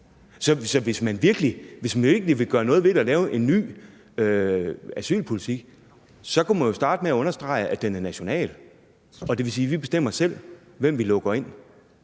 Så hvis man virkelig vil gøre noget ved det og lave en ny asylpolitik, kunne man jo starte med at understrege, at den er national, og det vil sige: Vi bestemmer selv, hvem vi lukker ind